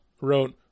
wrote